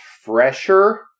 fresher